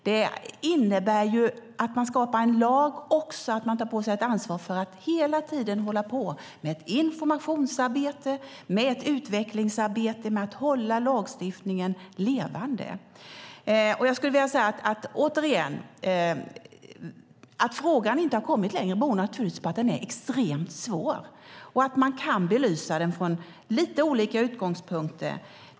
Det innebär ju att om man skapar en lag tar man också på sig ett ansvar för att hela tiden hålla på med ett informationsarbete och ett utvecklingsarbete, med att hålla lagstiftningen levande. Jag skulle återigen vilja säga att skälet till att frågan inte har kommit längre naturligtvis är att den är extremt svår och att man kan belysa den från lite olika utgångspunkter.